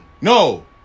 No